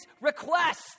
request